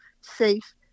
safe